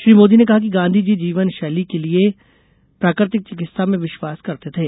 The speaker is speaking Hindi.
श्री मोदी ने कहा कि गांधी जी जीवन शैली के लिए प्राकृतिक चिकित्सा में विश्वास करते थे